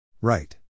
Right